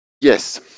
Yes